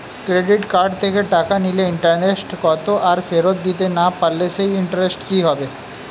Credit card থেকে টাকা নিলে ইন্টারেস্ট কত আর ফেরত দিতে না পারলে সেই ইন্টারেস্ট কি হবে?